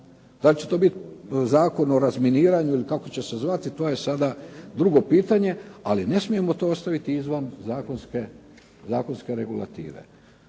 Da li će to biti Zakon o razminiranju ili kako će se zvati to je sada drugo pitanje, ali ne smijemo to ostaviti izvan zakonske regulative.